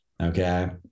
Okay